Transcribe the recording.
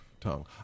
tongue